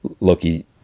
Loki